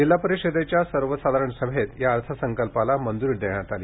जिल्हा परिषदेच्या सर्वसाधारण सभेत या अर्थसंकल्पाला मंजुरी देण्यात आली